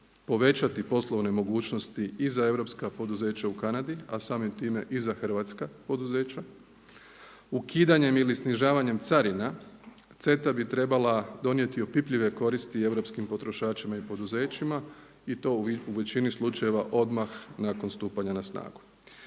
povećati poslovne mogućnosti i za europska poduzeća u Kanadi, a samim time i za hrvatska poduzeća ukidanjem ili snižavanjem carina. CETA bi trebala donijeti opipljive koristi europskim potrošačima i poduzećima i to u većini slučajeva odmah nakon stupanja na snagu.